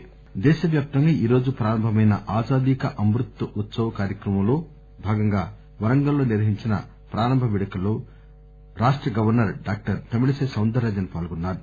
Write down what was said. governor Warangal దేశవ్వాప్తంగా ఈ రోజు ప్రారంభమైన ఆజాదీ కా అమృత్ ఉత్సవ్ కార్యక్రమకంలో భాగంగా వరంగల్ లో నిర్వహించిన ప్రారంభ పేడుకల్లో governor Tamilisai Soundararajan పాల్గొన్నారు